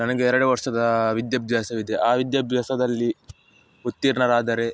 ನನಗೆ ಎರಡು ವರ್ಷದ ವಿದ್ಯಾಭ್ಯಾಸವಿದೆ ಆ ವಿದ್ಯಾಭ್ಯಾಸದಲ್ಲಿ ಉತ್ತೀರ್ಣರಾದರೆ